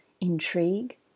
intrigue